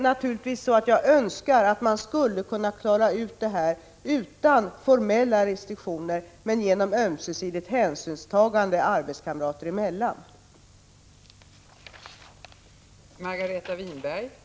Naturligtvis önskar jag att man skulle kunna klara det här problemet genom ömsesidigt hänsynstagande arbetskamrater emellan och utan formella restriktioner.